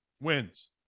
wins